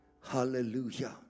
Hallelujah